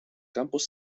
campos